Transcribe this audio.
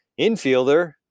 infielder